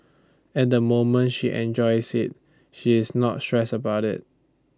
at the moment she enjoys IT she is not stressed about IT